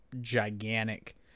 gigantic